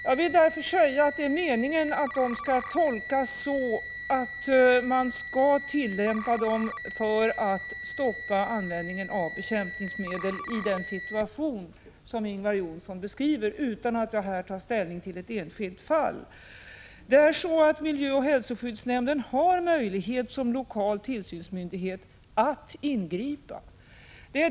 Jag vill därför säga: Det är meningen att tillämpningsföreskrifterna skall tolkas så att lagen skall användas för att stoppa användningen av bekämpningsmedel i den situation som Ingvar Johnsson beskriver — detta sagt utan att jag här tar ställning till ett enskilt fall. Miljöoch hälsoskyddsnämnden har som lokal tillsynsmyndighet möjlighet att ingripa.